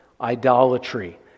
idolatry